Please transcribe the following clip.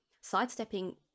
sidestepping